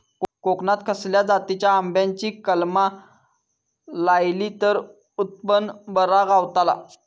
कोकणात खसल्या जातीच्या आंब्याची कलमा लायली तर उत्पन बरा गावताला?